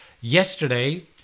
Yesterday